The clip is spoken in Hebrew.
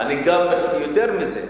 גם יותר מזה,